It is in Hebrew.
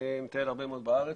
אני מטייל הרבה מאוד בארץ,